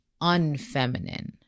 unfeminine